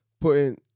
putting